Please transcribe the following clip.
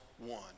one